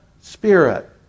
Spirit